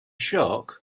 shark